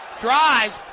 drives